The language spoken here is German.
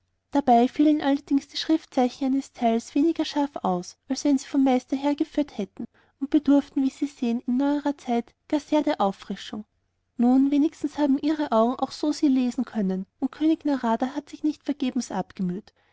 dabei fielen allerdings die schriftzeichen dieses teils weniger scharf aus als wenn sie vom meister hergerührt hätten und bedurften wie sie sehen in neuerer zelt gar sehr der auffrischung nun wenigstens haben ihre augen auch so sie lesen können und könig narada hat sich nicht vergebens abgemüht